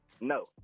No